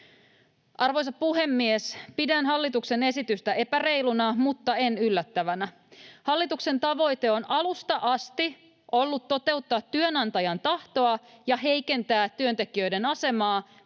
Arvoisa puhemies! Pidän hallituksen esitystä epäreiluna mutta en yllättävänä. Hallituksena tavoite on alusta asti ollut toteuttaa työnantajan tahtoa ja heikentää työntekijöiden asemaa,